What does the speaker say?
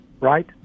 right